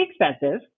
expensive